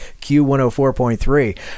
Q104.3